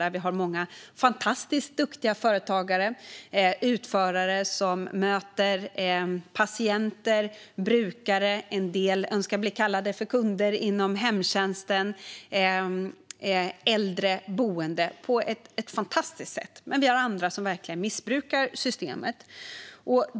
Där har vi många fantastiskt duktiga företagare och utförare som möter patienter och brukare - en del inom hemtjänsten önskar bli kallade kunder - samt äldre och boende på ett fantastiskt sätt, men vi har andra som verkligen missbrukar systemet.